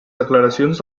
declaracions